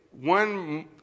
One